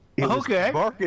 Okay